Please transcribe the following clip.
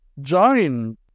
join